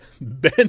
Ben